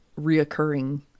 reoccurring